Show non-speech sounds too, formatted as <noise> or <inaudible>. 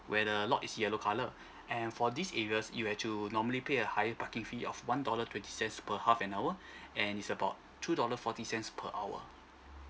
when err lot is yellow colour and for these areas you have to normally pay a higher parking fee of one dollar twenty cents per half an hour <breath> and is about two dollar forty cents per hour